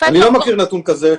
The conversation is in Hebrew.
אני לא מכיר נתון כזה.